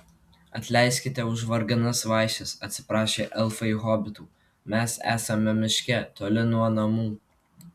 atleiskite už varganas vaišes atsiprašė elfai hobitų mes esame miške toli nuo namų